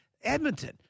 Edmonton